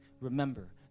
remember